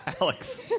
Alex